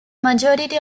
majority